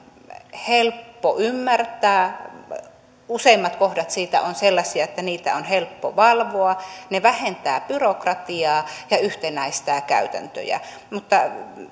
helppo ymmärtää useimmat kohdat siitä ovat sellaisia että niitä on helppo valvoa ne vähentävät byrokratiaa ja yhtenäistävät käytäntöjä mutta